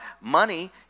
money